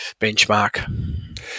benchmark